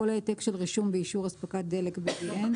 כל העתק של רישום באישור אספקת דלק (BDN),